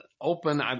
open